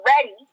ready